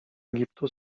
egiptu